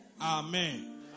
Amen